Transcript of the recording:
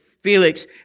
Felix